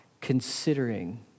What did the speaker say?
considering